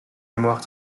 mémoires